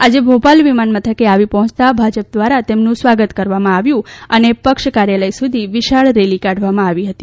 આજે ભોપાલ વિમાનમથકે આવી પહોંચતા ભાજપ દ્વારા તેમનું સ્વાગત કરવામાં આવ્યું અને પક્ષકાર્યાલય સુધી વિશાળ રેલી કાઢવામાં આવી હતી